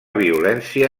violència